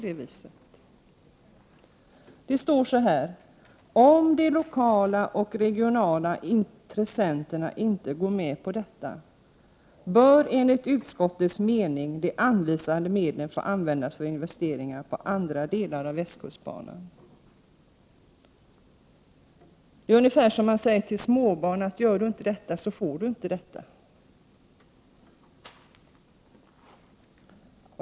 I betänkandet står det att: ”Om det inte är möjligt för banverket att nå en uppgörelse med de lokala och regionala intressenterna i Göteborgsregionen bör enligt utskottets mening de medel som anvisas under anslaget D4. få användas för investeringar på andra delar av västkustbanan.” Detta är ungefär detsamma som när man säger till småbarn, att om du inte gör detta får du inte detta.